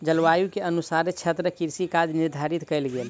जलवायु के अनुसारे क्षेत्रक कृषि काज निर्धारित कयल गेल